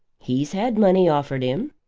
he's had money offered him.